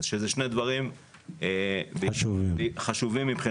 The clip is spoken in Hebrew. שהם שני דברים חשובים מבחינתנו.